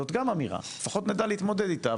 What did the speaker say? זו גם אמירה, אבל לפחות נדע להתמודד איתה.